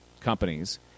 companies